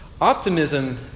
Optimism